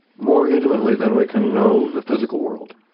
more intimately than we can know the physical world,